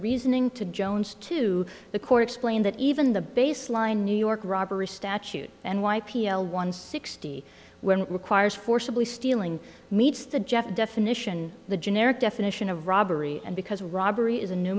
reasoning to jones to the court explain that even the baseline new york robbery statute and y p l one sixty when requires forcibly stealing meets the jeff definition the generic definition of robbery and because robbery is a new